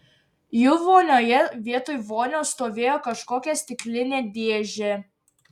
jų vonioje vietoj vonios stovėjo kažkokia stiklinė dėžė